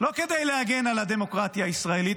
לא כדי להגן על הדמוקרטיה הישראלית,